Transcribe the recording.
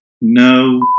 No